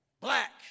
Black